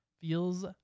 feels